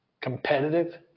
competitive